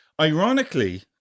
ironically